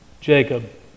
Jacob